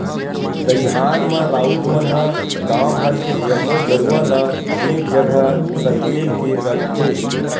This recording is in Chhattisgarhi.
दईहान म राउत मन ह गांव भर के जम्मो गरूवा ल एक जगह सकेल के रखथे